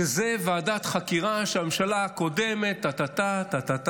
שזה ועדת חקירה שהממשלה הקודמת טה טה טה,